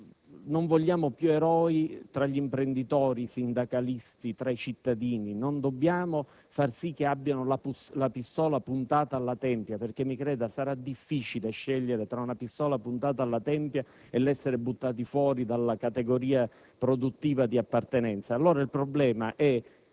non vogliamo più eroi tra gli imprenditori, i sindacalisti, i cittadini. Dobbiamo fare in modo che non abbiano la pistola puntata alla tempia perchè, mi creda, signor Ministro, sarà difficile scegliere tra una pistola puntata alla tempia e l'essere buttati fuori dalla categoria produttiva di appartenenza.